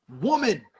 woman